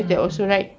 mmhmm